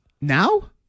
Now